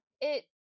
It-